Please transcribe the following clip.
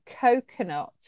coconut